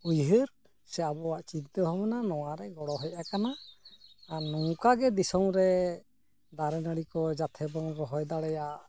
ᱩᱭᱦᱟᱹᱨ ᱥᱮ ᱟᱵᱚᱣᱟᱜ ᱪᱤᱱᱛᱟᱹ ᱵᱷᱟᱽᱵᱱᱟ ᱱᱚᱣᱟᱨᱮ ᱜᱚᱲᱚ ᱦᱮᱡ ᱟᱠᱟᱱᱟ ᱟᱨ ᱱᱚᱝᱠᱟ ᱜᱮ ᱫᱤᱥᱚᱢ ᱨᱮ ᱫᱟᱨᱮ ᱱᱟᱲᱤ ᱠᱚ ᱡᱟᱛᱮ ᱵᱚᱱ ᱨᱚᱦᱚᱭ ᱫᱟᱲᱮᱭᱟᱜ